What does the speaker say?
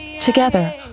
Together